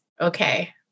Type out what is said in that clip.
okay